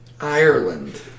Ireland